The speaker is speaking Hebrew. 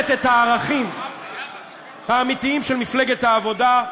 את הערכים האמיתיים של מפלגת העבודה,